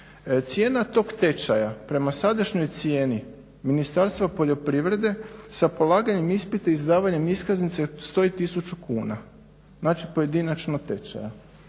Cijena tog tečaja prema sadašnjoj cijeni Ministarstva poljoprivrede sa polaganjem ispita i izdavanje iskaznice stoji tisuću kuna, znači pojedinačnog tečaja.